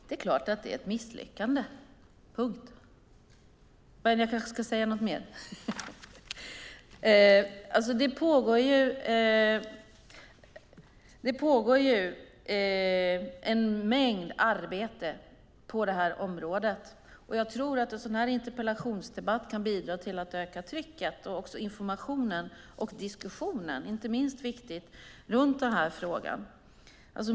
Herr talman! Det är klart att det är ett misslyckande. Det pågår en mängd arbete på detta område. En sådan här interpellationsdebatt kan bidra till att öka trycket och också informationen och diskussionen om den här frågan, vilket inte minst är viktigt.